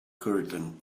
curtain